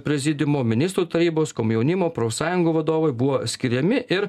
prezidiumo ministrų tarybos komjaunimo profsąjungų vadovai buvo skiriami ir